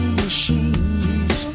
machines